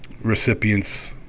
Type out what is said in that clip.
recipients